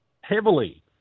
heavily